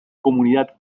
comunidad